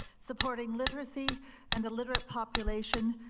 supporting literacy and a literate population,